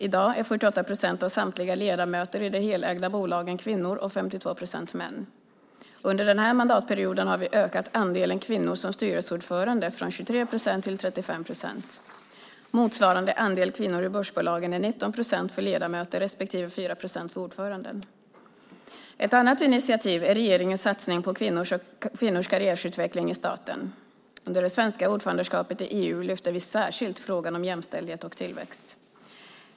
I dag är 48 procent av samtliga ledamöter i de helägda bolagen kvinnor och 52 procent män. Under den här mandatperioden har vi ökat andelen kvinnor som styrelseordförande från 23 procent till 35 procent. Motsvarande andel kvinnor i börsbolagen är 19 procent för ledamöter respektive 4 procent för ordförande. Ett annat initiativ är regeringens satsning på kvinnors karriärutveckling i staten. Under det svenska ordförandeskapet i EU lyfte vi särskilt fram frågan om jämställdhet och tillväxt.